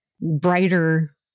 brighter